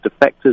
defectors